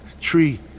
tree